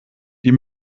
die